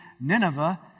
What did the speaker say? Nineveh